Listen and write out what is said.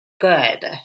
good